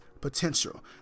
potential